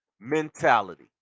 mentality